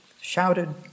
shouted